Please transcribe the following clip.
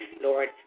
Lord